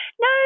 no